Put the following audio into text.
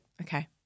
Okay